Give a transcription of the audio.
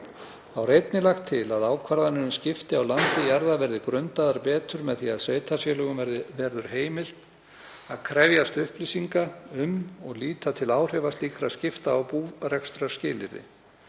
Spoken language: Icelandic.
Er einnig lagt til að ákvarðanir um skipti á landi jarða verði grundaðar betur með því að sveitarfélögum verði heimilt að krefjast upplýsinga um og líta til áhrifa slíkra skipta á búrekstrarskilyrði.